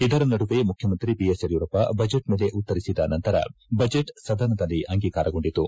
ಇದರ ನಡುವೆ ಮುಖ್ಯಮಂತ್ರಿ ಬಿಎಸ್ ಯಡಿಯೂರಪ್ಪ ಬಜೆಟ್ ಮೇಲೆ ಉತ್ತರಿಸಿದ ನಂತರ ಬಜೆಟ್ ಸದನದಲ್ಲಿ ಅಂಗೀಕಾರಗೊಂಡಿತು